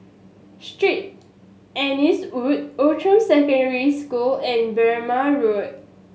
Street Anne's Wood Outram Secondary School and Berrima Road